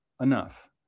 enough